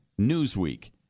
Newsweek